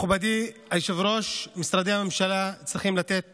מכובדי היושב-ראש, משרדי הממשלה צריכים לתת